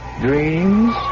dreams